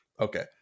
Okay